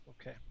okay